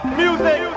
music